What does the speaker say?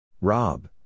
Rob